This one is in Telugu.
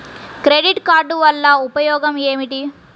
క్రెడిట్ కార్డ్ వల్ల ఉపయోగం ఏమిటీ?